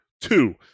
Two